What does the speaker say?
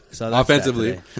offensively